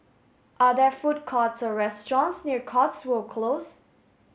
are there food courts or restaurants near Cotswold Close